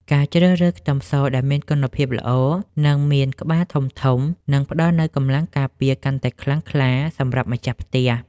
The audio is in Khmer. ការជ្រើសរើសខ្ទឹមសដែលមានគុណភាពល្អនិងមានក្បាលធំៗនឹងផ្តល់នូវកម្លាំងការពារកាន់តែខ្លាំងក្លាសម្រាប់ម្ចាស់ផ្ទះ។